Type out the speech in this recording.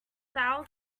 thou